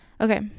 Okay